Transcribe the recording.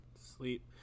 sleep